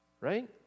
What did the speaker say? right